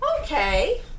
Okay